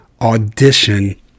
audition